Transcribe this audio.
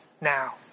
now